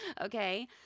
Okay